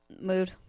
Mood